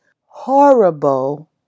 horrible